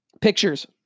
pictures